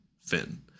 Finn